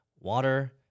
water